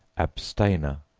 abstainer,